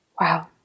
Wow